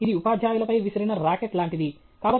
ఇది ఉపాధ్యాయులపై విసిరిన రాకెట్ లాంటిది